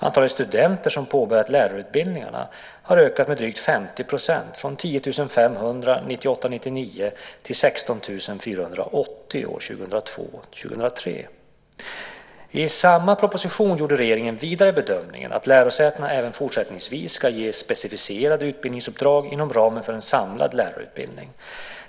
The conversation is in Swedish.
Antalet studenter som påbörjat lärarutbildningar har ökat med drygt 50 % från 10 500 år 1998 03. I samma proposition gjorde regeringen vidare bedömningen att lärosätena även fortsättningsvis ska ges specificerade utbildningsuppdrag inom ramen för en samlad lärarutbildning.